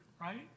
right